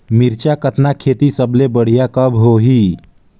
मिरचा कतना खेती सबले बढ़िया कब होही?